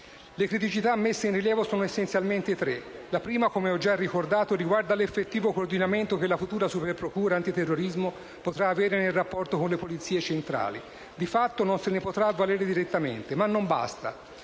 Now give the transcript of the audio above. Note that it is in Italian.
Le criticità messe in rilievo sono essenzialmente tre: la prima, come ho già ricordato, riguarda l'effettivo coordinamento che la futura Superprocura antiterrorismo potrà avere nel rapporto con le polizie centrali. Di fatto essa non se ne potrà avvalere direttamente. Ma non basta.